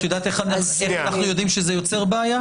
את יודעת איך אנחנו יודעים שזה יוצר בעיה?